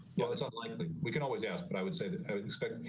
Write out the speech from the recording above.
no, it's not likely. we can always ask, but i would say i would expect.